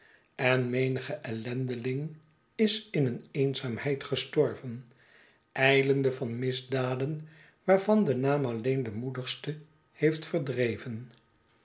en menige ellendeling is in eenzaamheid gestorven ijlende van misdaden waarvan de naam alleen den moedigste heeft verdreven